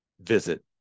visit